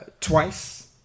twice